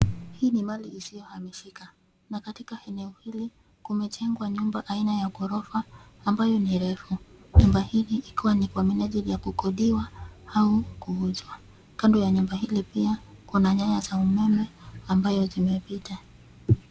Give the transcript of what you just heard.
Hii ni mali isiyohamishika, na katika eneo hili kumejengwa nyumba aina ya ghorofa ambayo ni refu. Nyumba hili ikiwa ni kwa minajili ya kukodiwa au kuuzwa. Kando ya nyumba hili pia, kuna nyaya za umeme ambayo zimepita.